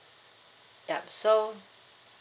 yup so